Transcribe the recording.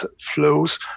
flows